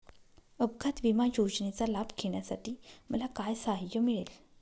अपघात विमा योजनेचा लाभ घेण्यासाठी मला काय सहाय्य मिळेल?